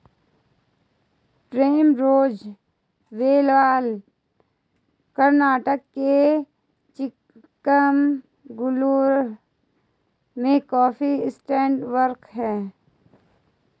Primrose Villa Karnataka के चिकमगलूर में coffee estate walk हैं